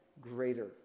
greater